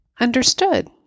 understood